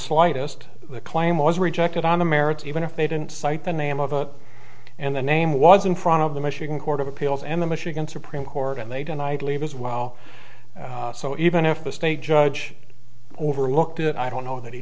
slightest claim was rejected on the merits even if they didn't cite the name of it and the name was in front of the michigan court of appeals and the michigan supreme court and they denied leave as well so even if a state judge overlooked it i don't know that he